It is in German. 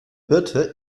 birte